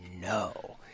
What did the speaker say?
no